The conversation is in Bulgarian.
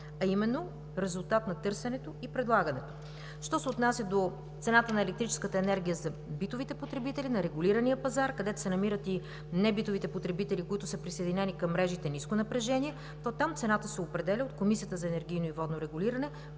а именно в резултат на търсенето и предлагането. Що се отнася до цената на електрическата енергия за битовите потребители на регулирания пазар, където се намират и небитовите потребители, които са присъединени към мрежите „ниско напрежение“, то там цената се определя от Комисията за енергийно и водно регулиране